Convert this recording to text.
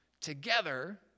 together